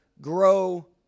grow